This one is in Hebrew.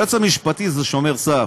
היועץ המשפטי זה שומר סף.